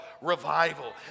revival